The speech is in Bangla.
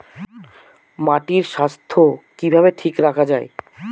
মাটির স্বাস্থ্য কিভাবে ঠিক রাখা যায়?